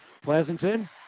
Pleasanton